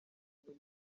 god